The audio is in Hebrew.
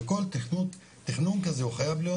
וכל תכנון כזה חייב להיות.